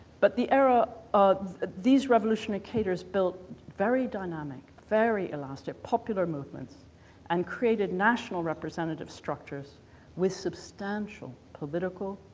but the era um ah these revolutionary cadres built very dynamic, very elastic popular movements and created national representative structures with substantial political,